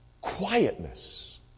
quietness